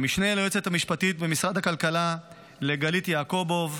למשנה ליועצת המשפטית במשרד הכלכלה גלית יעקובוב,